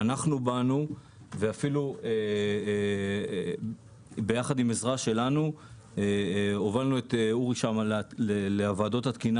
ואפילו עם עזרה שלנו הובלנו את אורי לוועדות התקינה